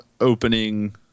opening